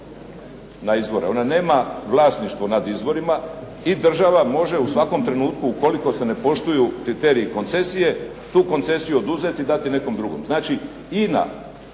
na izvore. Ona nema vlasništvo nad izvorima i država može u svakom trenutku ukoliko se ne poštuju kriteriji koncesije tu koncesiju oduzeti i dati nekom drugom. Znači INA,